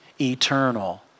eternal